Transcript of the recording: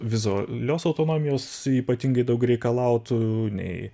vizualios autonomijos ypatingai daug reikalautų nei